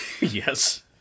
Yes